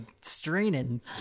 straining